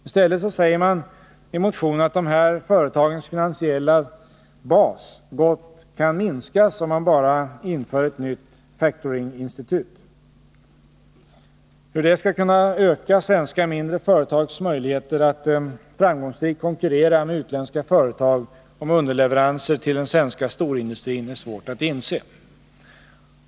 I stället säger man i motionen att de här företagens finansiella bas gott kan minskas, om man bara inför ett nytt factoringinstitut. Hur det skall kunna öka svenska mindre företags möjligheter att framgångsrikt konkurrera med utländska företag om underleveranser till den svenska storindustrin är svårt att inse.